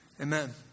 amen